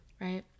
right